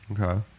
Okay